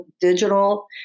digital